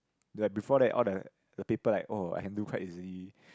like before that all the the paper like oh I can do quite easily